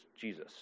Jesus